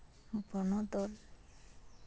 ᱵᱚᱱᱚᱫᱚᱞ